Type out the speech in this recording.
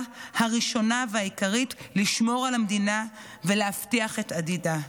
הראשונה והעיקרית לשמור על המדינה ולהבטיח את עתידה.